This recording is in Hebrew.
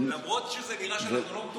למרות שזה נראה שאנחנו לא מתוכננים,